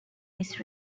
this